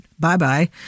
Bye-bye